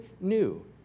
new